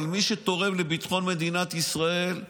אבל מי שתורם לביטחון מדינת ישראל,